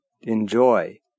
enjoy